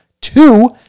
Two